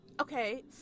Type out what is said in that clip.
okay